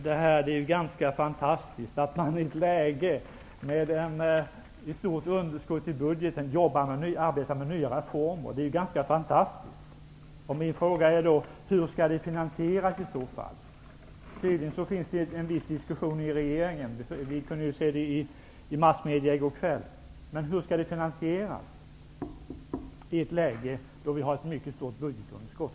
Det är ganska fantastiskt att man i ett läge med ett stort underskott i budgeten arbetar med nya reformer. Min fråga är då: Hur skall det finansieras? Det pågår tydligen en viss diskussion i regeringen. Det kunde vi se i massmedierna i går kväll. Men hur skall det finansieras i ett läge när vi har ett mycket stort budgetunderskott?